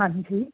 ਹਾਂਜੀ